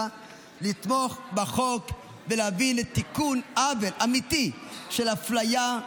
לתמוך בחוק ולהביא לתיקון עוול אמיתי של הפליה,